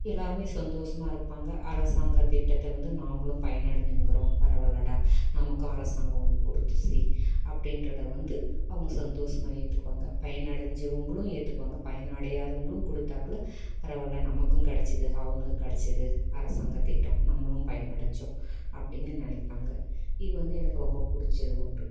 எல்லாருமே சந்தோஷமாக இருப்பாங்கள் அரசாங்கத் திட்டத்தை வந்து நாம்மளும் பயனடைஞ்சின்னுக்குறோம் பரவாயில்லடா நமக்கும் அரசாங்கம் ஒன்று கொடுத்துச்சி அப்படின்றத வந்து அவங்க சந்தோஷமாக ஏற்றுக்குவாங்க பயனடைஞ்சவங்களும் ஏற்றுக்குவாங்க பயனடையாதவங்களும் கொடுத்தாக்ல பரவாயில்ல நமக்கும் கிடச்சிது அவங்களுக்கு கிடச்சிது அரசாங்கத் திட்டம் நம்மளும் பயனடைஞ்சோம் அப்படின்னு நினைப்பாங்க இது வந்து எனக்கு ரொம்ப பிடிச்ச ஒன்று